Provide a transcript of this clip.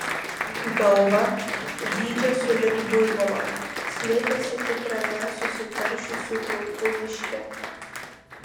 galva dydžio sulig buivolo slėpėsi tikrame susitaršiusių plaukų miške